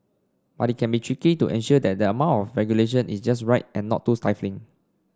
but it can be tricky to ensure that the amount of regulation is just right and not too stifling